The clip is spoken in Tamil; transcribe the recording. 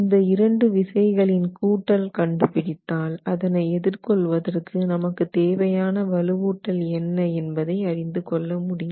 இந்த இரண்டு விசைகளில் கூட்டல் கண்டுபிடித்தால் அதனை எதிர்கொள்வதற்கு நமக்குத் தேவையான வலுவூட்டல் என்ன என்பதை அறிந்து கொள்ள முடியும்